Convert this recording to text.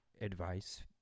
advice